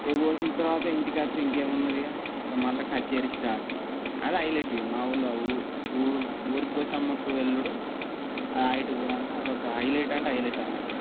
ఇంక కోసిన తర్వాత ఇంటికి వస్తే ఇంకేమున్నాది ఇంక మళ్ళీ కచేరి స్టార్ట్ అది హైలెట్ ఇంక మా ఊర్లో ఊరు ఊరు పోచమ్మకి వెళ్ళడం హైట్ పరంగా అదొక హైలెట్ అంటే హైలెట్ అన్నట్టు